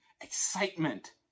excitement